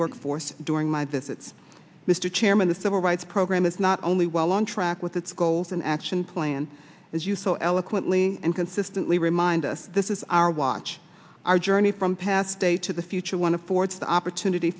work force during my visits mr chairman the civil rights program is not only well on track with its goals an action plan as you so eloquently and consistently remind us this is our watch our journey from past day to the future want to force the opportunity